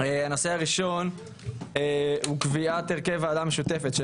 הנושא הראשון הוא קביעת הרכב ועדה משותפת של